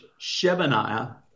Shebaniah